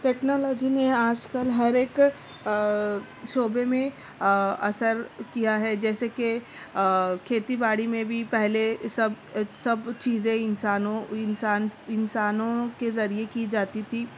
technology نے آج کل ہر ایک شعبے میں اثر کیا ہے جیسے کہ کھیتی باڑی میں بھی پہلے سب سب چیزیں انسانوں انسان انسانوں کے ذریعے کی جاتی تھی